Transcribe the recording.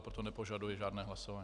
Proto nepožaduji žádné hlasování.